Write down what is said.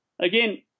again –